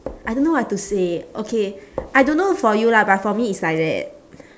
I don't know what to say okay I don't know for you lah but for me it's like that